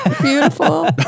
Beautiful